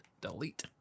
delete